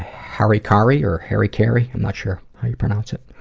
hari kari, or harry karry, i'm not sure how you pronounce it.